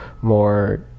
more